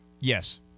Yes